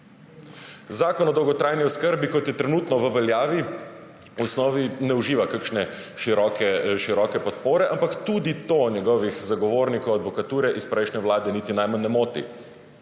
Zakon o dolgotrajni oskrbi, kot je trenutno v veljavi, v osnovi ne uživa kakšne široke podpore, ampak tudi to njegovih zagovornikov advokature iz prejšnje vlade niti najmanj ne moti.